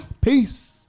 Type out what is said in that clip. Peace